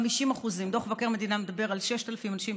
50%. דוח מבקר המדינה מדבר על 6,000 אנשים,